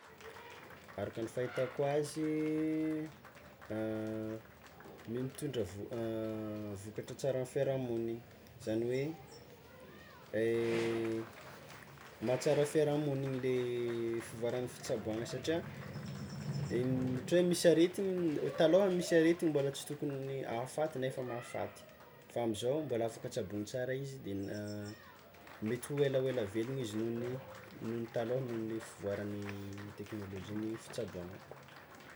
Araka ny fahitako azy ny mitondr- mitondra vo- vokatra tsara amy fiaraha-mogniny zany hoe mahatsara fiara-mogniny le fivoaran'ny fitsaboàgna satrià ôhatra hoe misy aretigny taloha misy aretigny mbola tsy tokony ahafaty nefa mahafaty fa amizao mbola afaka tsaboigny tsara izy, de mety hoelahoela velogny izy noho ny noho ny talôha noho ny fivoaran'ny teknolojia ny fitsaboana.